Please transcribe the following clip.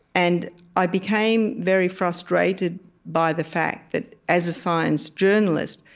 and i became very frustrated by the fact that, as a science journalist,